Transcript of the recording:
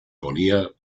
ponía